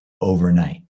overnight